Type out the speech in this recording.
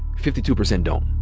fifty two percent don't.